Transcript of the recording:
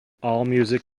allmusic